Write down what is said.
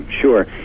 sure